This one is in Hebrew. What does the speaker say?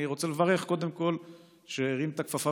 אני רוצה לברך קודם כול על שהרים את הכפפה